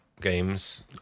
games